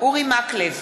אורי מקלב,